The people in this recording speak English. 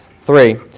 three